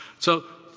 so